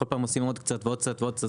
בכל פעם עושים עוד קצת ועוד קצת.